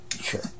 sure